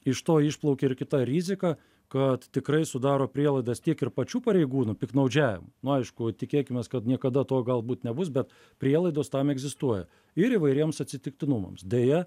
iš to išplaukia ir kita rizika kad tikrai sudaro prielaidas tiek ir pačių pareigūnų piktnaudžiavimu nu aišku tikėkimės kad niekada to galbūt nebus bet prielaidos tam egzistuoja ir įvairiems atsitiktinumams deja